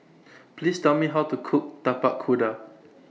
Please Tell Me How to Cook Tapak Kuda